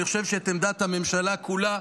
ואני חושב שאת עמדת הממשלה כולה,